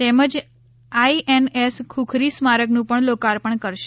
તેમજ I N S Khukri સ્મારકનું પણ લોકાપર્ણ કરશે